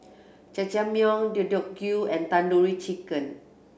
Jajangmyeon Deodeok Gui and Tandoori Chicken